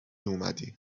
اومدی